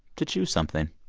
to choose something.